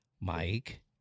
Mike